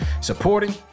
supporting